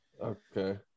Okay